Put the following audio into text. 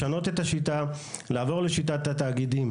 יש לשנות את השיטה, לעבור לשיטת התאגידים.